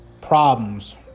problems